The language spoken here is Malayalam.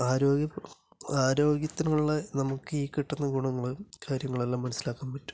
ആരോഗ്യ ആരോഗ്യത്തിനുള്ള നമുക്ക് ഈ കിട്ടുന്ന ഗുണങ്ങള് കാര്യങ്ങള് എല്ലാം മനസ്സിലാക്കാൻ പറ്റും